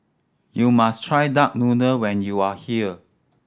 you must try duck noodle when you are here